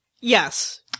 Yes